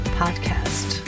podcast